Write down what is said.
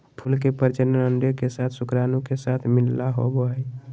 फूल के प्रजनन अंडे के साथ शुक्राणु के साथ मिलला होबो हइ